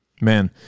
Man